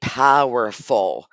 powerful